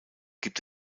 gibt